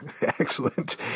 Excellent